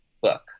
book